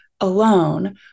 alone